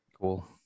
Cool